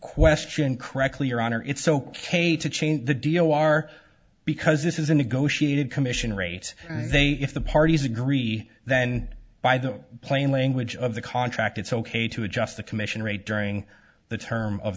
question correctly your honor it's ok to change the dio are because this is a negotiated commission rates and they if the parties agree then by the plain language of the contract it's ok to adjust the commission rate during the term of